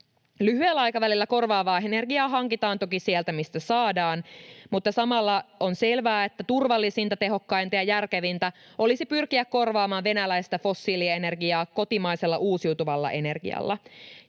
Lyhyellä aikavälillä korvaavaa energiaa hankitaan toki sieltä, mistä saadaan, mutta samalla on selvää, että turvallisinta, tehokkainta ja järkevintä olisi pyrkiä korvaamaan venäläistä fossiilienergiaa kotimaisella uusiutuvalla energialla.